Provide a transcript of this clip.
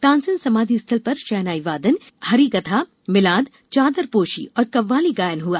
तानसेन समाधि स्थल पर शहनाई वादन हरिकथा मिलाद चादरपोशी और कव्वाली गायन हुआ